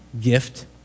gift